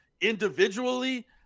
individually